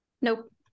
Nope